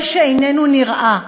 זה שאיננו נראה,